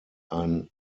ein